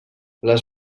les